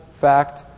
fact